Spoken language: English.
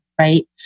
right